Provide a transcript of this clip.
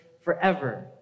forever